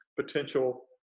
potential